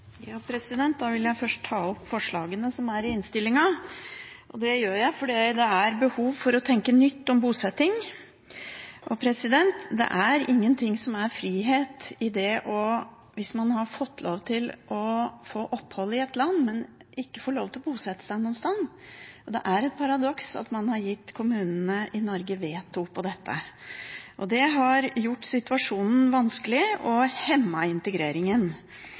behov for å tenke nytt om bosetting. Det er ingenting som er frihet i det å ha fått lov til å få opphold i et land når man ikke får lov til å bosette seg noe sted. Det er et paradoks at man har gitt kommunene i Norge veto på dette. Det har gjort situasjonen vanskelig og hemmet integreringen.